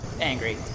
Angry